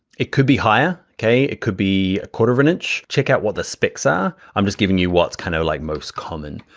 it could be higher, okay. it could be a quarter of an inch. check out what the specs are. i'm just giving you what's kind of like most common.